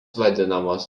vadinamos